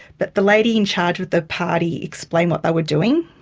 but the lady in charge of the party explained what they were doing,